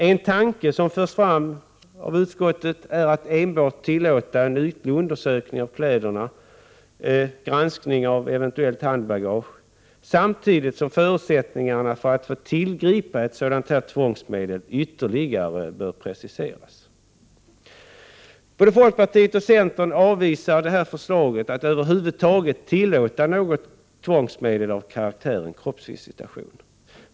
En tanke som förs fram av utskottet är att enbart tillåta en ytlig undersökning av kläderna och granskning av eventuellt handbagage, samtidigt som förutsättningarna för att få tillgripa ett sådant tvångsmedel ytterligare bör preciseras. Folkpartiet och centern avvisar förslaget att över huvud taget tillåta något tvångsmedel av karaktären kroppsvisitation.